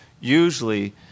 usually